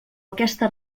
aquesta